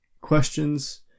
questions